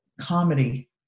comedy